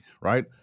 right